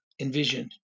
envisioned